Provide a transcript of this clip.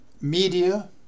media